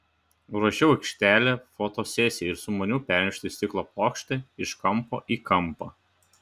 ruošiau aikštelę fotosesijai ir sumaniau pernešti stiklo plokštę iš kampo į kampą